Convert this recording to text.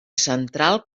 central